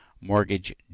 mortgage